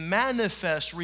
manifest